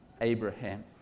Abraham